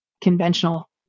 conventional